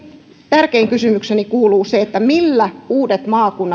tärkein kysymykseni kuuluu millä uudet maakunnat